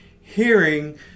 hearing